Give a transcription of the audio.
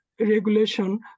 Regulation